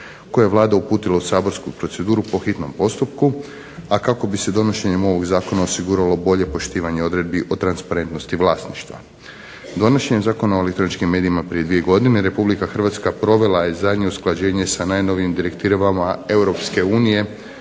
kojeg je Vlada uputila u saborsku proceduru po hitnom postupku, a kako bi se donošenjem ovog zakona osiguralo bolje poštivanje odredbi o transparentnosti vlasništva. Donošenjem Zakona o elektroničkim medijima prije dvije godina Republika Hrvatska provela je zadnje usklađenje sa najnovijim direktivama Europske unije